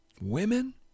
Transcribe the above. women